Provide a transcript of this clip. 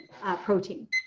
protein